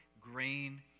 grain